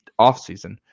offseason